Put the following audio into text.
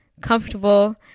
comfortable